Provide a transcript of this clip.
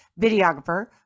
videographer